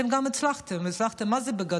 אתם גם הצלחתם, והצלחתם מה זה בגדול.